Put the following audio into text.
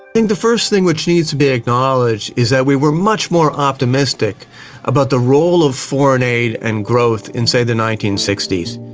think the first thing which needs to be acknowledged is that we were much more optimistic about the role of foreign aid and growth in, say, the nineteen sixty s.